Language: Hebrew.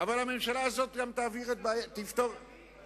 אבל הממשלה הזאת תפתור גם, אבל